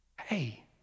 hey